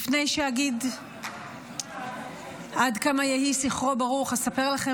לפני שאגיד עד כמה יהי זכרו ברוך אספר לכם